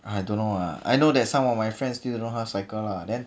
I don't know lah I know that some of my friends still don't know how cycle lah then